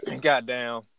goddamn